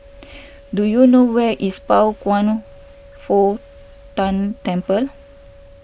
do you know where is Pao Kwan Foh Tang Temple